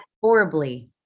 horribly